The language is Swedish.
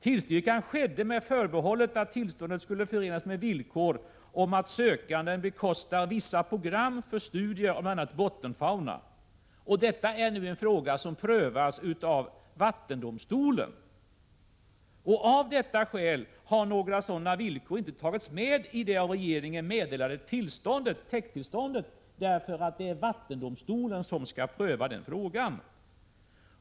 Tillstyrkan skedde med det förbehållet att tillståndet skulle förenas med villkor om att sökanden bekostar vissa program för studier av bl.a. bottenfauna. Det är nu en fråga som prövas av vattendomstolen. Av detta skäl har några sådana villkor inte tagits med i det av regeringen meddelade täkttillståndet. Det är vattendomstolen som skall pröva frågan.